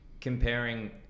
comparing